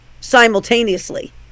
simultaneously